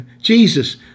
Jesus